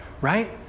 right